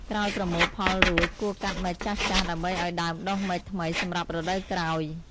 ក្រោយប្រមូលផលរួច គួរកាត់មែកចាស់ៗ ដើម្បីឱ្យដើមដុះមែកថ្មីសម្រាប់រដូវក្រោយ។